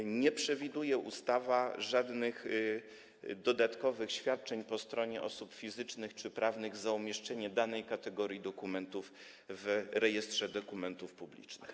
Ustawa nie przewiduje żadnych dodatkowych świadczeń po stronie osób fizycznych czy prawnych za umieszczenie danej kategorii dokumentów w Rejestrze Dokumentów Publicznych.